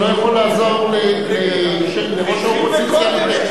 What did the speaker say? אני לא יכול לעזור לראש האופוזיציה נגדך.